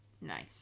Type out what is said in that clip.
Nice